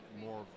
more